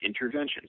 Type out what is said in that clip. interventions